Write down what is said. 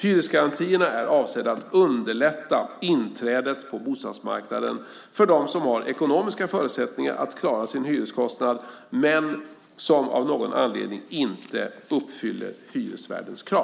Hyresgarantierna är avsedda att underlätta inträdet på bostadsmarknaden för dem som har ekonomiska förutsättningar att klara sin hyreskostnad men som av någon anledning inte uppfyller hyresvärdens krav.